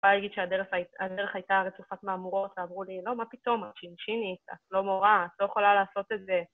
יכולה להגיד שהדרך הייתה רצופת מהמורות, אמרו לי, לא, מה פתאום, את ש"שית, את לא מורה, את לא יכולה לעשות את זה.